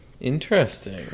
Interesting